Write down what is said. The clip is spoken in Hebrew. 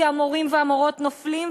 כי המורים והמורות נופלים,